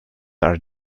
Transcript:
are